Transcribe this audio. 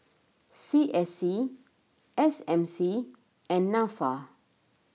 C S C S M C and Nafa